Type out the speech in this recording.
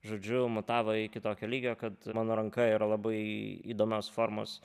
žodžiu mutavo iki tokio lygio kad mano ranka yra labai įdomios formos